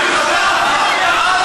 בבקשה,